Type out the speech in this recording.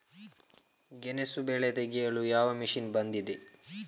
ಗೆಣಸು ಬೆಳೆ ತೆಗೆಯಲು ಯಾವ ಮಷೀನ್ ಬಂದಿದೆ?